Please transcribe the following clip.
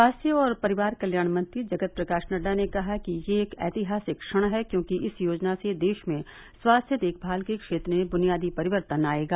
स्वास्थ्य और परिवार कल्याण मंत्री जगत प्रकाश नड्डा ने कहा कि यह एक ऐतिहासिक क्षण है क्योंकि इस योजना से देश में स्वास्थ्य देखभाल के क्षेत्र में ब्नियादी परिवर्तन आएगा